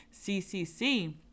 CCC